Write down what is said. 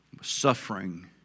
suffering